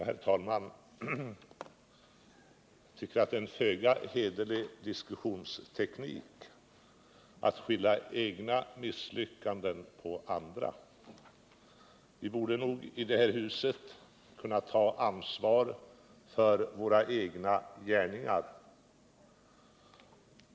Herr talman! Jag tycker det är en föga hederlig diskussionsteknik att skylla egna misslyckanden på andra. Vi borde nog i detta hus kunna ta ansvar för våra egna gärningar.